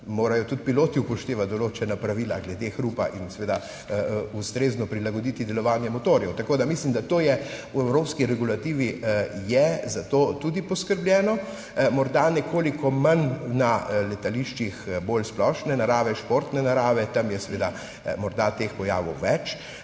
morajo tudi piloti upoštevati določena pravila glede hrupa in ustrezno prilagoditi delovanje motorjev. Mislim, da je za to v evropski regulativi tudi poskrbljeno. Morda nekoliko manj na letališčih bolj splošne narave, športne narave, tam je morda teh pojavov več.